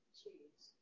cheese